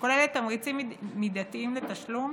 שכוללת תמריצים מידתיים לתשלום